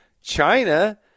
China